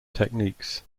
techniques